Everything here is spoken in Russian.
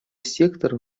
сектора